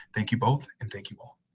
thank you both. and thank you all.